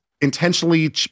intentionally